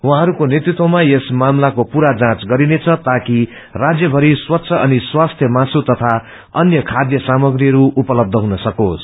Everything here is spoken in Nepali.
उशँहस्को नेतृत्वमा यस मामलाको पूरा जाँच गरिने छ ताकि राज्य भरि स्वच्छ अनि स्वास्थ्य मासू तथा अन्य खाध्य सामग्रीहरू उपलब्ध हुन सकोस्